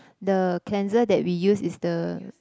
the cleanser that we use is the